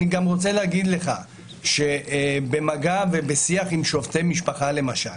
אני גם רוצה להגיד לך שבמגע ובשיח עם שופטי משפחה למשל,